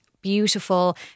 beautiful